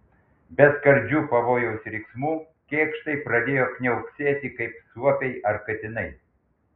be skardžių pavojaus riksmų kėkštai pradėjo kniauksėti kaip suopiai ar katinai